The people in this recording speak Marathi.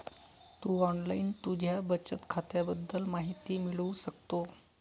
तू ऑनलाईन तुझ्या बचत खात्याबद्दल माहिती मिळवू शकतो